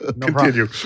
Continue